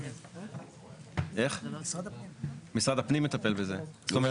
מי